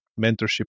mentorship